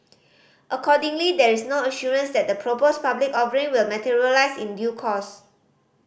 accordingly there is no assurance that the proposed public offering will materialise in due course